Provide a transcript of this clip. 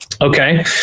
Okay